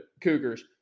Cougars